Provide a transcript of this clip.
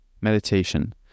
meditation